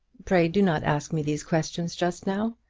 pray do not ask me these questions just now.